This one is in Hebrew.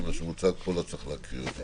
מה שמוצג פה לא צריך להקריא אותו.